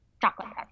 chocolate